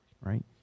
right